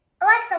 Alexa